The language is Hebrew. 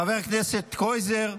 חבר הכנסת קרויזר,